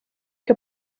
que